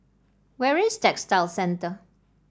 where is Textile Centre